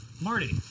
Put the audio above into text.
Marty